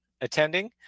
attending